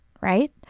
right